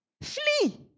Flee